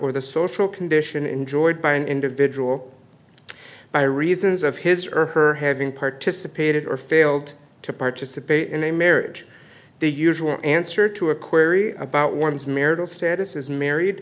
or the social condition enjoyed by an individual by reasons of his or her having participated or failed to participate in a marriage the usual answer to a query about one's marital status is married